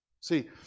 See